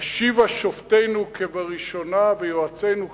"השיבה שופטינו כבראשונה ויועצינו כבתחילה".